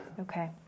Okay